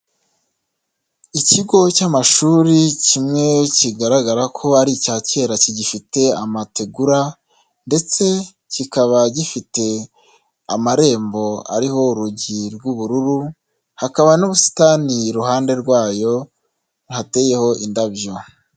Ikigo cy'amashuri kimwe kigaragara ko ari icya kera kigifite amategura ndetse kikaba gifite amarembo ariho urugi rw'ubururu, hakaba n'ubusitani iruhande rwayo hateyeho indabyo.